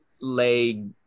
leg